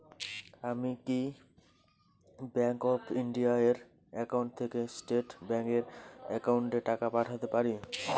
আমি কি Bank of India এর একাউন্ট থেকে স্টেট ব্যাংক এর একাউন্টে টাকা পাঠাতে পারি?